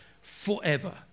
forever